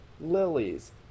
lilies